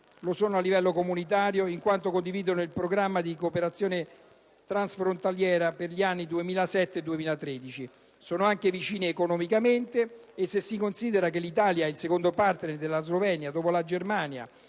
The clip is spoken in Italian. lo sono a livello comunitario, in quanto condividono il programma di cooperazione transfrontaliera per gli anni 2007‑2013. Sono anche vicine economicamente, se si considera che l'Italia è il secondo *partner* della Slovenia dopo la Germania